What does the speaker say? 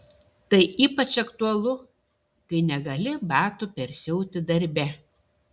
tai ypač aktualu kai negali batų persiauti darbe